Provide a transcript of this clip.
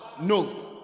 no